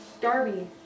Darby